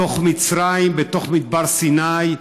בתוך מצרים, בתוך מדבר סיני,